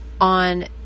on